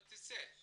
תצא.